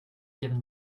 given